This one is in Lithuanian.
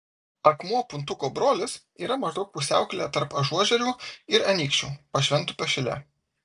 akmuo puntuko brolis yra maždaug pusiaukelėje tarp ažuožerių ir anykščių pašventupio šile